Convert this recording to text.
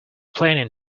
planning